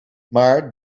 maar